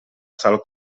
sal